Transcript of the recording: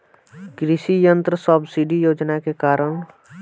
कृषि यंत्र सब्सिडी योजना के कारण?